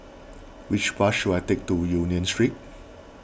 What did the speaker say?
which bus should I take to Union Street